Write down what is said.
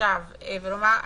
עכשיו ולומר: